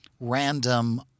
random